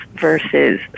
versus